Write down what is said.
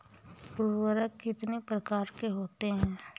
उर्वरक कितनी प्रकार के होते हैं?